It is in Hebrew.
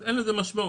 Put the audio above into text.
אז אין לזה משמעות.